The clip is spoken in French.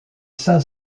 saint